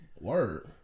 Word